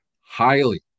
highly